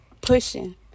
pushing